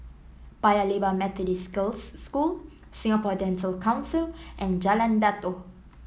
Paya Lebar Methodist Girls' School Singapore Dental Council and Jalan Datoh